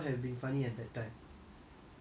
so like something happen in your past